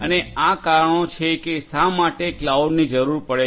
અને આ કારણો છે કે શા માટે ક્લાઉડની જરૂર પડે છે